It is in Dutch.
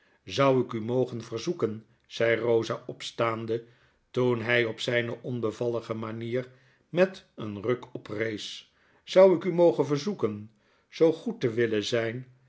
zou ik u mogen verzoeken zei kosa opstaande toen hy op zyne onbevallige manier met een ruk oprees zou ik u mogen verzoeken zoo goed te willen zyn